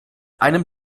einem